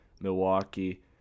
Milwaukee